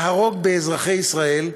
להרוג באזרחי ישראל,